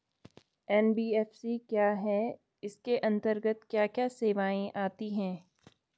NBFC क्या है इसके अंतर्गत क्या क्या सेवाएँ आती हैं?